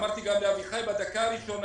- ואמרתי גם לאביחי בדקה הראשונה